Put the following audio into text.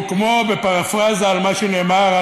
הוא כמו בפרפרזה על מה שנאמר,